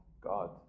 God